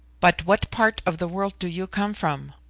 but what part of the world do you come from?